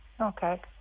Okay